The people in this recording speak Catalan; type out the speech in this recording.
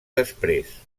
després